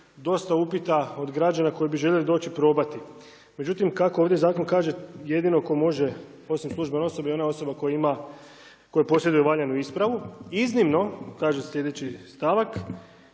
dosta upita od građana koji bi željeli doći probati. Međutim, kako ovdje zakon kaže jedino tko može osim službene osobe je ona osoba koja ima, koja posjeduje valjanu ispravu. Iznimno kaže sljedeći stavak,